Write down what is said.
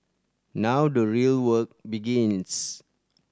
now the real work begins